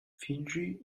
fiji